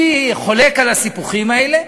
אני חולק על הסיפוחים האלה,